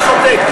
אני שותק.